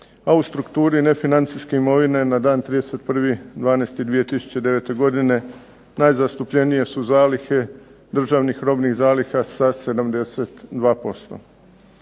a u strukturi nefinancijske imovine na dan 31.12.2009. godine najzastupljenije su zalihe državnih robnih zaliha sa 72%.